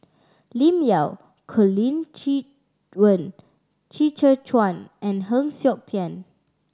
Lim Yau Colin Qi Quan Qi Zhe Quan and Heng Siok Tian